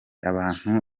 abantu